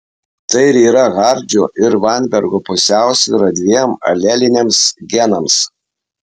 tai ir yra hardžio ir vainbergo pusiausvyra dviem aleliniams genams